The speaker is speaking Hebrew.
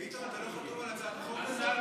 ביטון, אתה לא חתום על הצעת החוק הזו?